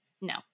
no